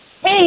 Hey